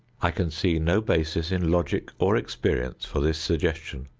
i can see no basis in logic or experience for this suggestion.